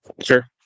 Sure